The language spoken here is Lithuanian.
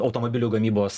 automobilių gamybos